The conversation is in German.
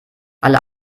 alle